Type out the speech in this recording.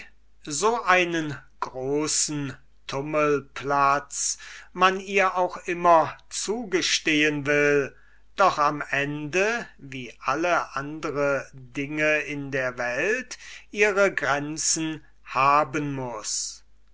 so einen großen tummelplatz man ihr auch immer zugestehen will doch am ende wie alle andere dinge in der welt ihre grenzen haben muß